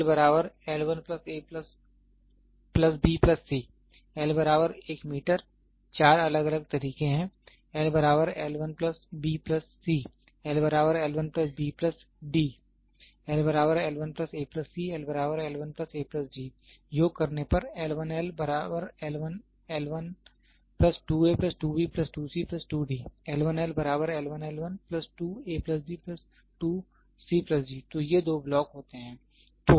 L b c L 1 m चार अलग अलग तरीके L b c L b d L a c L a d योग करने पर 2a 2b 2c 2d 2a b 2c d तो ये दो ब्लॉक हैं